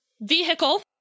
vehicle